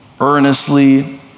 earnestly